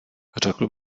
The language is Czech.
řekl